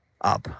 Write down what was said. up